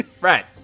Right